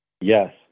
Yes